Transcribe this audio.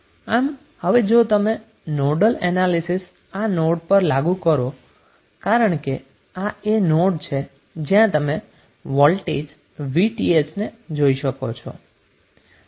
આમ હવે જો તમે નોડલ એનાલીસીસઆ નોડ પર લાગુ કરો છો કારણ કે આ એ નોડ છે જ્યાં તમે વોલ્ટેજ VTh ને જોઈ શકો છો